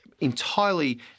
entirely